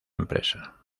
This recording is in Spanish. empresa